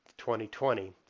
2020